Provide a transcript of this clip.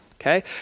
okay